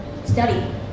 study